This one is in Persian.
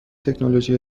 تکنولوژی